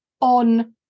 on